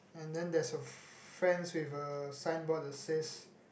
and then there's a friends with a signboard that says